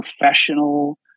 professional